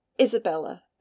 Isabella